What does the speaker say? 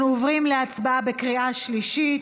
אנחנו עוברים להצבעה בקריאה שלישית.